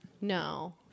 No